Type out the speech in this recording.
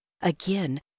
Again